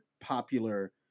popular